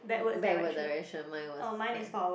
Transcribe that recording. backward direction mine was mine